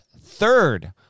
third